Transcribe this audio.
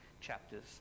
chapters